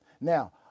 Now